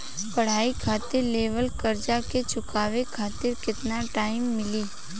पढ़ाई खातिर लेवल कर्जा के चुकावे खातिर केतना टाइम मिली?